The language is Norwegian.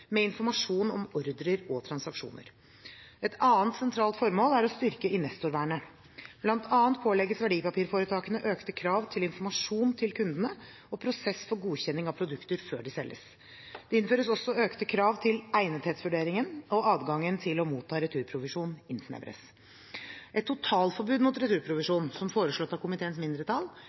med informasjon om ordrer og transaksjoner. Et annet sentralt formål er å styrke investorvernet. Blant annet pålegges verdipapirforetakene økte krav til informasjon til kundene og prosess for godkjenning av produkter før de selges. Det innføres også økte krav til egnethetsvurderingen, og adgangen til å motta returprovisjon innsnevres. Et totalforbud mot returprovisjon, som foreslått av komiteens mindretall,